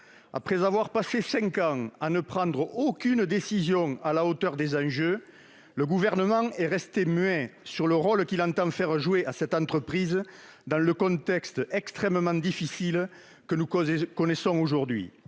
Après avoir passé cinq ans à ne prendre aucune décision à la hauteur des enjeux, le Gouvernement est resté muet sur le rôle qu'il entend faire jouer à cette entreprise dans le contexte extrêmement difficile que nous connaissons aujourd'hui.